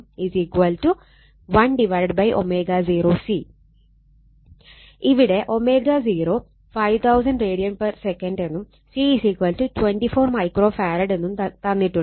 ഇവിടെ ω0 5000 rad sec എന്നും C 24 micro farad എന്നും തന്നിട്ടുണ്ട്